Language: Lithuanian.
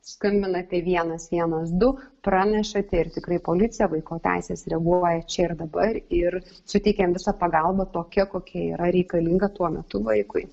skambinate vienas vienas du pranešate ir tikrai policija vaiko teisės reguliuoja čia ir dabar ir suteikiam visą pagalbą tokią kokia yra reikalinga tuo metu vaikui